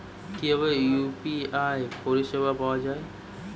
কিভাবে ইউ.পি.আই পরিসেবা পাওয়া য়ায়?